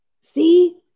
See